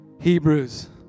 Hebrews